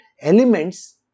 elements